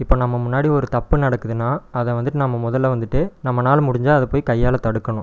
இப்போ நம்ம முன்னாடி ஒரு தப்பு நடக்குதுன்னா அதை வந்துவிட்டு நம்ம முதல்ல வந்துவிட்டு நம்மளால் முடிஞ்சால் அதை போய் கையால் தடுக்கணும்